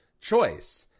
choice